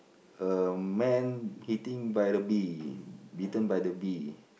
a man eating by the bee bitten by the bee